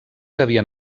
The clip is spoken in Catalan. havien